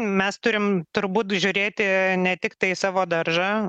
mes turim turbūt žiūrėti ne tiktai į savo daržą